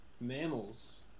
mammals